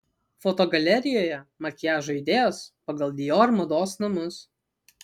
fotogalerijoje makiažo idėjos pagal dior mados namus